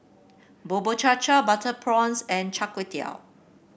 Bubur Cha Cha Butter Prawns and Char Kway Teow